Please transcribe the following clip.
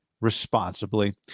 responsibly